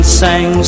sang